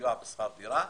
לסיוע בשכר דירה.